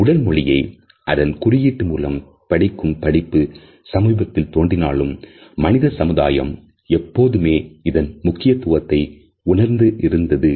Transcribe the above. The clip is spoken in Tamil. உடல் மொழியை அதன் குறியீட்டு மூலம் படிக்கும் படிப்பு சமீபத்தில் தோன்றினாலும் மனித சமுதாயம் எப்பொழுதுமே இதன் முக்கியத்துவத்தை உணர்ந்திருந்தது